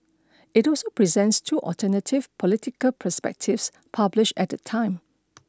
it also presents two alternative political perspectives published at the time